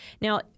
Now